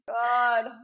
God